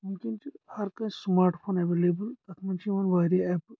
ؤنکیٚن چھُ ہر کٲنٛسہِ سماٹ فون اٮ۪ویلیبٕل اتھ منٛز چھِ یِوان واریاہ اٮ۪پہٕ